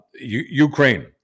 Ukraine